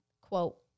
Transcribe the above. quote